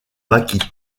maquis